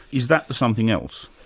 is that the something else?